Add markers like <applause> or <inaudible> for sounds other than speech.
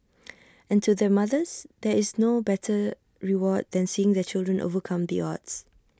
<noise> and to their mothers there is no better reward than seeing their children overcome the odds